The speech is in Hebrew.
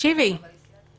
לא יכול פתאום לעבור ליש עתיד,